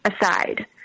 aside